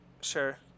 Sure